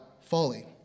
folly